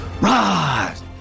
rise